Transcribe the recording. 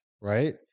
right